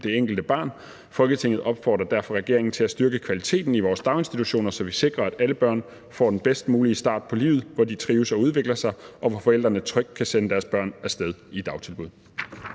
det enkelte barn. Folketinget opfordrer derfor regeringen til at styrke kvaliteten i vores daginstitutioner, så vi sikrer, at alle børn får den bedst mulige start på livet, hvor de trives og udvikler sig, og hvor forældrene trygt kan sende deres børn afsted i dagtilbud.«